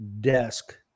desk